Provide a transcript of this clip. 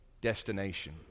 destination